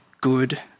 good